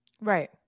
right